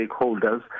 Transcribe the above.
stakeholders